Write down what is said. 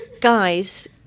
guys